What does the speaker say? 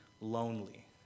lonely